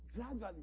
Gradually